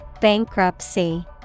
Bankruptcy